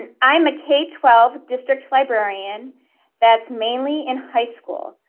and i'm a k twelve district librarian that's mainly in high school.